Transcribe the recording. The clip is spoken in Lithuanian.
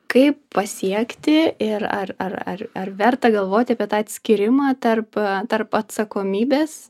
kaip pasiekti ir ar ar ar verta galvoti apie tą atskyrimą tarp tarp atsakomybės